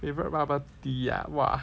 favourite bubble tea ah !wah!